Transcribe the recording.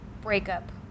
breakup